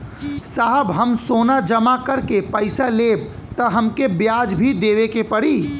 साहब हम सोना जमा करके पैसा लेब त हमके ब्याज भी देवे के पड़ी?